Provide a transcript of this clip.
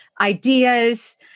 ideas